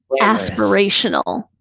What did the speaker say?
aspirational